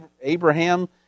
Abraham